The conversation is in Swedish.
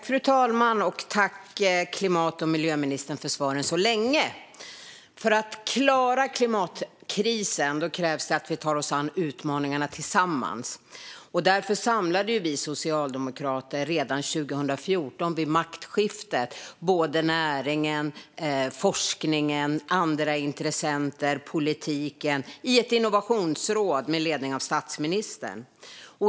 Fru talman! Jag tackar klimat och miljöministern för svaren. För att klara klimatkrisen krävs det att vi tar oss an utmaningarna tillsammans. Därför samlade vi socialdemokrater redan vid maktskiftet 2014 näringen, forskningen, andra intressenter och politiken i ett innovationsråd under ledning av statsministern.